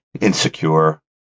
insecure